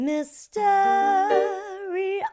Mystery